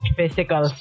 Physical